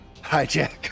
Hijack